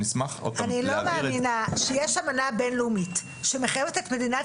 אני לא מאמינה שיש האמנה בינלאומית שמחייבת את מדינת